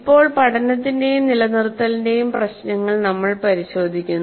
ഇപ്പോൾ പഠനത്തിന്റെയും നിലനിർത്തലിന്റെയും പ്രശ്നങ്ങൾ നമ്മൾ പരിശോധിക്കുന്നു